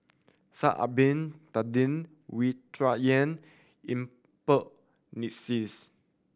Sha'ari Bin Tadin Wu Tsai Yen Yuen Peng McNeice